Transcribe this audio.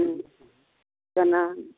ᱥᱟᱱᱟᱢ